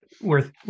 worth